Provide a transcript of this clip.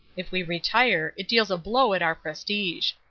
if we retire it deals a blow at our prestige.